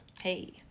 Hey